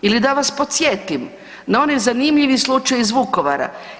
Ili da vas podsjetim na ovaj zanimljivi slučaj iz Vukovara.